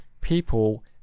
people